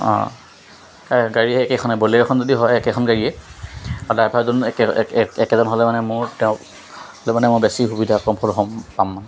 গাড়ী একেখনে ব'লেৰ'খন যদি হয় একেখন গাড়ীয়ে ড্ৰাইভাৰজন একেজন হ'লে মানে মোৰ তেওঁক মানে মই বেছি সুবিধা কমফৰ্ট হ'ম পাম মই